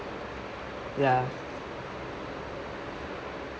ya